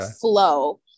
flow